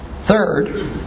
third